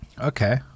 Okay